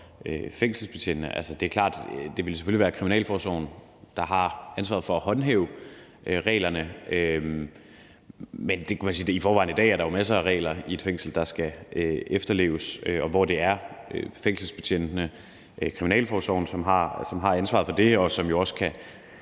fængselsbetjentene. Altså, det er klart, at det selvfølgelig vil være kriminalforsorgen, der har ansvaret for at håndhæve reglerne. Men man kunne sige, at der i forvejen er masser af regler i et fængsel i dag, som skal efterleves, og hvor det er kriminalforsorgen, der har ansvaret for det, og som jo kan